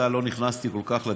כפילויות.